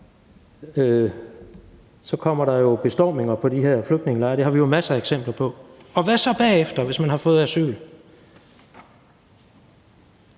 at de her flygtningelejre hurtigt vil blive bestormet. Det har vi jo masser af eksempler på. Og hvad så bagefter, hvis man har fået asyl?